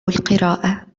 القراءة